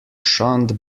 shunned